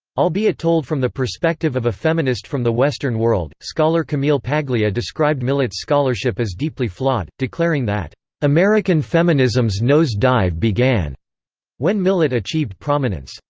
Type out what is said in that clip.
albeit told from the perspective of a feminist from the western world scholar camille paglia described millett's scholarship as deeply flawed, declaring that american feminism's nose dive began when millett achieved prominence.